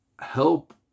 Help